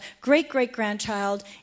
great-great-grandchild